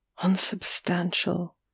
unsubstantial